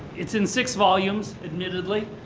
it's in six volumes, admittedly.